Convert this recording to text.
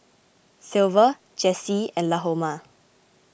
Silver Jessee and Lahoma